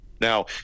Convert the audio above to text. Now